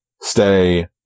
stay